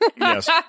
Yes